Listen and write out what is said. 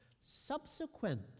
subsequent